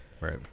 Right